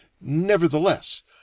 Nevertheless